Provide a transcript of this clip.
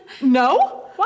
No